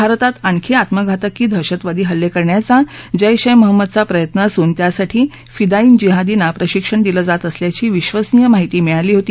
भारतात आणखी आत्मघातकी दहशतवादी हल्ले करण्याचा जैश ए महम्मदचा प्रयत्न असून त्यासाठी फिदाईन जिहादींना प्रशिक्षण दिलं जात असल्याची विधसनीय माहिती मिळाली होती